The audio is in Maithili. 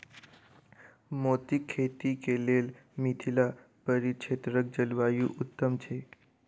मोतीक खेती केँ लेल मिथिला परिक्षेत्रक जलवायु उत्तम छै?